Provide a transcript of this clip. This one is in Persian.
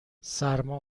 سرما